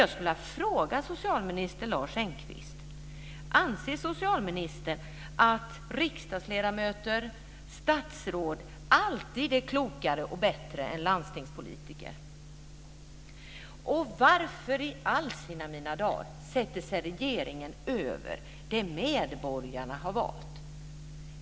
Jag skulle vilja fråga socialminister Lars Engqvist om han anser att riksdagsledamöter och statsråd alltid är klokare och bättre än landstingpolitiker. Varför i all sin dar sätter sig regeringen över det medborgarna har valt?